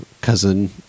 cousin